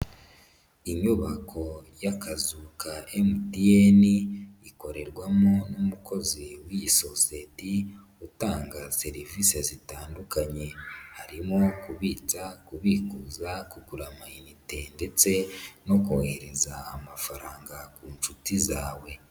Inyubako y'akazu ka MTN, ikorerwamo n'umukozi w'iyi sosiyete, utanga serivisi zitandukanye. Harimo kubitsa, kubikuza, kugura amayinite ndetse no kohereza amafaranga ku nshuti zawe.